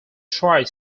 tried